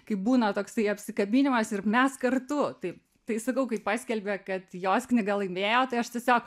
kaip būna toksai apsikabinimas ir mes kartu taip tai sakau kai paskelbė kad jos knyga laimėjo tai aš tiesiog